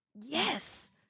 Yes